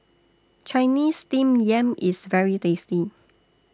Chinese Steamed Yam IS very tasty